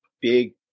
big